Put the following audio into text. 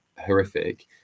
horrific